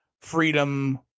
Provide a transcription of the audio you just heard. freedom